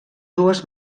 dues